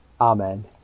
Amen